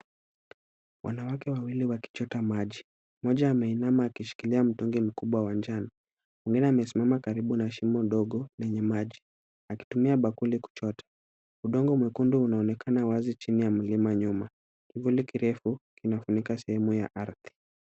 Wanawake wawili wakichota maji. Mmoja ameinama akishikilia mtungi mkubwa wa njano. Mwingine amesimama karibu na shimo ndogo lenye maji, akitumia bakuli kuchota. Udongo mwekundu unaonekana wazi chini ya mlima nyuma. Kivuli kirefu kinafunika sehemu ya ardhi.